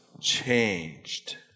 changed